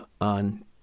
on